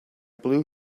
blue